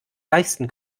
leisten